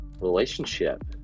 relationship